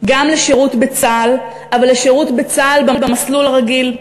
גם לשירות בצה"ל, אבל לשירות בצה"ל במסלול הרגיל.